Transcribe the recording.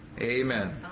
Amen